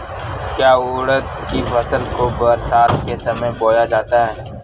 क्या उड़द की फसल को बरसात के समय बोया जाता है?